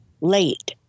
late